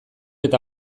eta